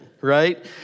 right